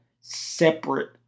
separate